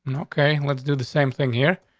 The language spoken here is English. and ok, let's do the same thing here.